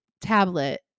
tablet